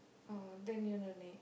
oh then you all no need